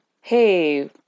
hey